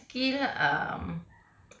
second skill um